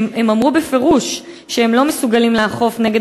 הם אמרו בפירוש שהם לא מסוגלים לאכוף נגד